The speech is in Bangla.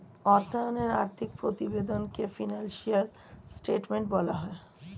অর্থায়নে আর্থিক প্রতিবেদনকে ফিনান্সিয়াল স্টেটমেন্ট বলা হয়